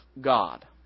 God